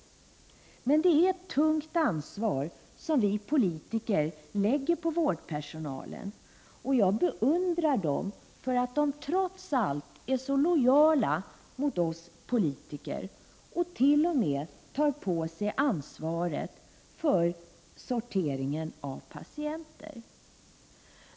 Det är ett tungt ansvar som vi politiker lägger på vårdpersonalen. Jag beundrar personalen för att den trots allt är så lojal mot oss politiker och t.o.m. tar på sig ansvaret för sorteringen av patienter.